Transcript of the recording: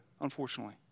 Unfortunately